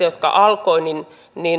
jotka alkoivat